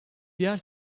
diğer